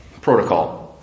protocol